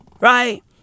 right